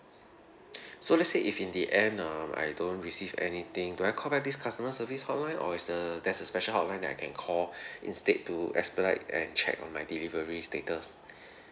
so let's say if in the end um I don't receive anything do I call back this customer service hotline or is the there's a special hotline that I can call instead to expedite and check on my delivery status